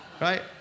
Right